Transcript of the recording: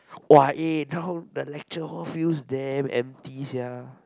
!wah! eh the lecture hall feels damn empty sia